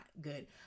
good